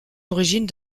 origine